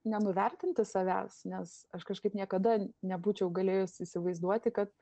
nenuvertinti savęs nes aš kažkaip niekada nebūčiau galėjus įsivaizduoti kad